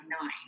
nine